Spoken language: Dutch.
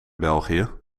belgië